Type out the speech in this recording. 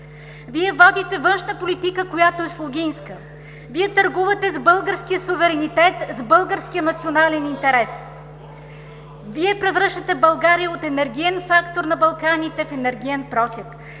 Вие водите външна политика, която е слугинска! Вие търгувате с българския суверенитет, с българския национален интерес! Вие превръщате България от енергиен фактор на Балканите в енергиен просяк!